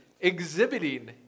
exhibiting